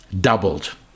doubled